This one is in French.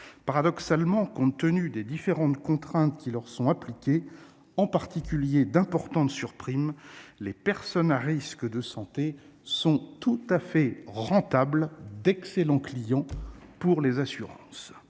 Paradoxalement, compte tenu des différentes contraintes qui leur sont appliquées, en particulier d'importantes surprimes, les personnes à risque en matière de santé sont tout à fait rentables : ce sont d'excellents clients pour les assurances.